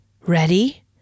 Ready